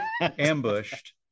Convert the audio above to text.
ambushed